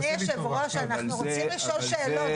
אדוני היושב-ראש, אנחנו רוצים לשאול שאלות.